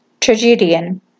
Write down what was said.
tragedian